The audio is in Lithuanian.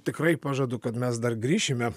tikrai pažadu kad mes dar grįšime